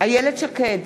איילת שקד,